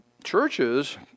Churches